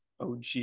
OG